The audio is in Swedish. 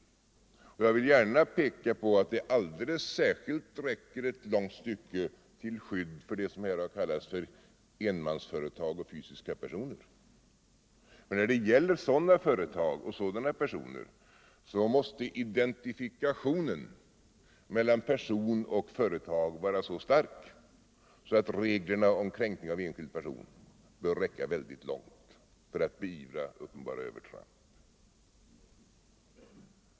Jag vill gärna peka på att det alldeles särskilt räcker ett långt stycke till skydd för det som här har kallats enmansföretag och fysiska personer. Men när det gäller sådana företag och sådana personer måste identifikationen mellan person och företag vara så stark att reglerna om kränkning av enskild person bör räcka väldigt långt för att beivra uppenbara övertramp.